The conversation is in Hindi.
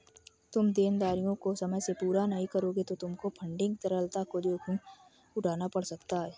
तुम देनदारियों को समय से पूरा नहीं करोगे तो तुमको फंडिंग तरलता का जोखिम उठाना पड़ सकता है